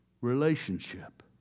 relationship